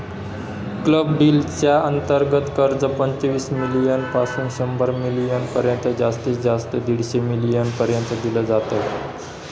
club deal च्या अंतर्गत कर्ज, पंचवीस मिलीयन पासून शंभर मिलीयन पर्यंत जास्तीत जास्त दीडशे मिलीयन पर्यंत दिल जात